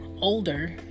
older